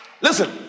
listen